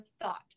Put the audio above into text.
thought